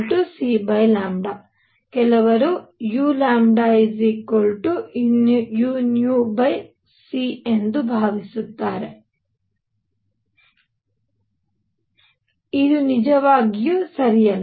cλ ಕೆಲವರು uuc ಎಂದು ಭಾವಿಸುತ್ತಾರೆ ಇದು ನಿಜವಾಗಿಯೂ ಸರಿಯಾಗಿಲ್ಲ